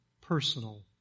personal